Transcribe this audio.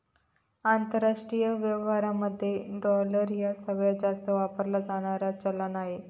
आंतरराष्ट्रीय व्यवहारांमध्ये डॉलर ह्या सगळ्यांत जास्त वापरला जाणारा चलान आहे